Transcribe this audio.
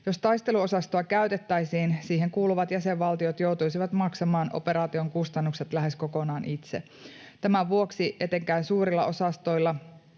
Jos taisteluosastoa käytettäisiin, siihen kuuluvat jäsenvaltiot joutuisivat maksamaan operaation kustannukset lähes kokonaan itse. Tämän vuoksi etenkään suurilla osastoilla